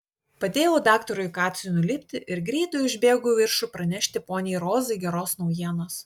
padėjau daktarui kacui nulipti ir greitai užbėgau į viršų pranešti poniai rozai geros naujienos